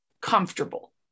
comfortable